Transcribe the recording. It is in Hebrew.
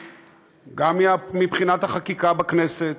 גם מבחינה משפטית, גם מבחינת החקיקה בכנסת,